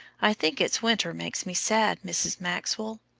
i think it's winter makes me sad, mrs. maxwell.